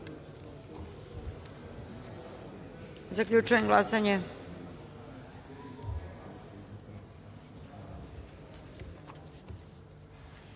Zaključujem glasanje: